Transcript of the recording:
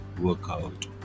workout